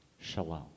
shalom